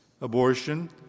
Abortion